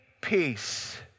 peace